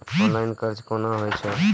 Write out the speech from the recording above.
Online कर्ज केना होई छै?